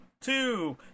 two